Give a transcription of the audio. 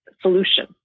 solution